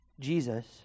Jesus